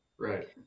Right